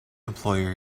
employer